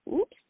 Oops